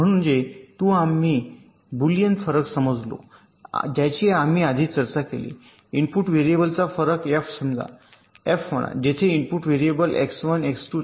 म्हणजे तू आम्ही बुलियन फरक समजलो ज्याची आम्ही आधी चर्चा केली इनपुट व्हेरिएबलचा फरक f समजा f म्हणा जेथे इनपुट व्हेरिएबल्स X1 X2 ते Xn आहेत